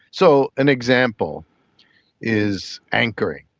so an example is anchoring.